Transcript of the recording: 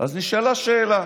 אז נשאלה השאלה.